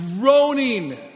groaning